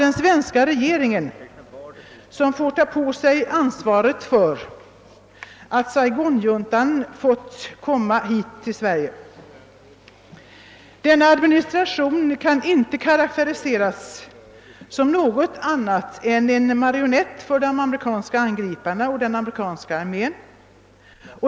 Den svenska regeringen får ta på sig ansvaret för att Saigonjuntan erhållit möjlighet att komma hit. Saigonjuntans administratlion kan inte karakteriseras som något annat än en marionett för de amerikanska angriparna och den amerikanska armén.